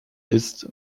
ist